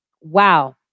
wow